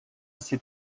ses